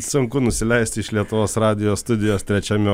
sunku nusileisti iš lietuvos radijo studijos trečiame